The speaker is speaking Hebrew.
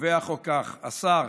קובע החוק כך: "השר,